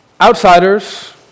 Outsiders